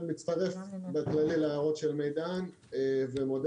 אני מצטרף בכללי להערות של מידן ומודה